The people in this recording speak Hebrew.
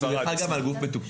זה חל גם על גוף מתוקצב.